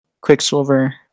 Quicksilver